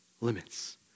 limits